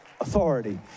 authority